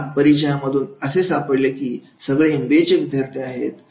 या परिचयामधून असे सापडले की सगळे एमबीएचे विद्यार्थी आहेत